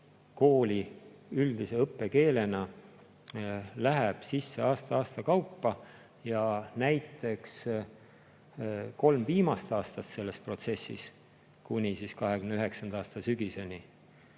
kooli üldise õppekeelena läheb sisse aasta-aastalt ja näiteks kolm viimast aastat selles protsessis, kuni 2029. aasta sügiseni,